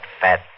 fat